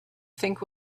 think